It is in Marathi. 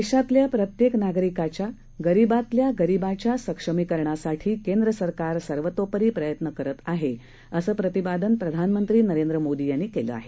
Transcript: देशातल्याप्रत्येकनागरिकाच्या गरीबातल्यागरीबाच्यासक्षमीकरणासाठीकेंद्रसरकारसर्वतोपरीप्रयत्नकरतआहेत असंप्रतिपादनप्रधानमंत्रीनरेंद्रमोदीयांनीकेलंआहे